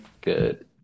Good